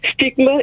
Stigma